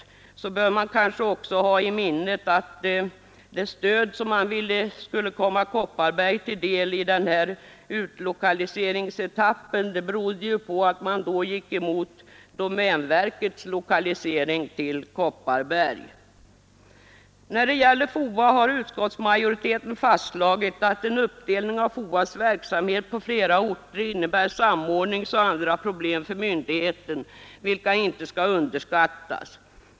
Men att man i den utlokaliseringsetappen ville att visst stöd skulle komma Kopparbergs län till del berodde ju på att man gick emot domänverkets lokalisering dit. När det gäller FOA har utskottsmajoriteten fastslagit att en uppdelning av FOA :s verksamhet på flera orter innebär samordningsoch andra problem för myndigheten, vilka inte skall underskattas.